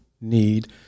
need